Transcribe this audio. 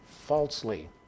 falsely